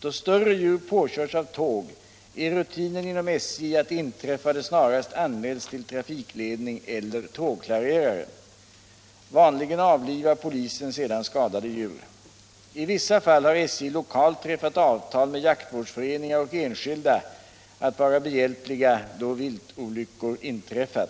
Då större djur påkörts av tåg är rutinen inom djur som påkörts av SJ att det inträffade snarast anmäls till trafikledning eller tågklarerare. — tåg Vanligen avlivar polisen sedan skadade djur. I vissa fall har SJ lokalt träffat avtal med jaktvårdsföreningar och enskilda att vara behjälpliga då viltolyckor inträffar.